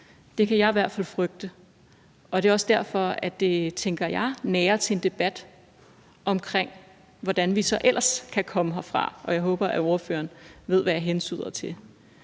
Det kan jeg i hvert fald frygte, og det er også derfor, at det da – tænker jeg – nærer til en debat om, hvordan vi så ellers kan komme herfra. Jeg håber, at ordføreren ved, hvad jeg hentyder til.